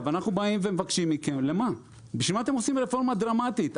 למה אתם עושים רפורמה דרמטית?